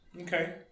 Okay